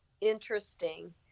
interesting